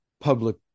public